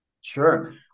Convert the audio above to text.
Sure